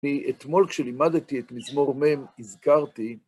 אני אתמול, כשלימדתי את מזמור מ', הזכרתי...